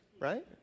right